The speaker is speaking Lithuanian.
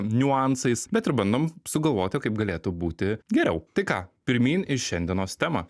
niuansais bet ir bandom sugalvoti kaip galėtų būti geriau tai ką pirmyn į šiandienos temą